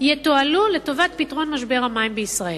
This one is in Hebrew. יתועלו לטובת פתרון משבר המים בישראל.